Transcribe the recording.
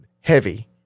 heavy